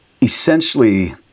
essentially